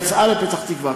היא יצאה לפתח-תקווה,